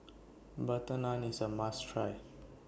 Butter Naan IS A must Try